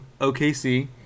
OKC